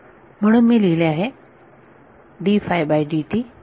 म्हणून मी लिहिले आहे